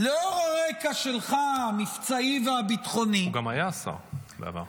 לאור הרקע המבצעי והביטחוני שלך -- הוא גם היה השר בעבר.